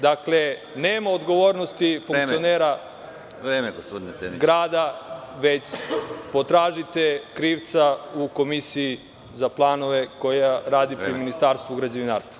Dakle, nema odgovornosti funkcionera grada, već potražite krivca u Komisiji za planove koja radi pri ministarstvu građevinarstva.